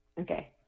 Okay